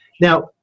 Now